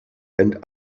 and